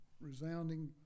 resounding